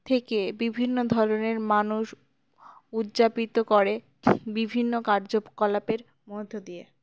থেকে বিভিন্ন ধরনের মানুষ উদযাপিত করে বিভিন্ন কার্যকলাপের মধ্য দিয়ে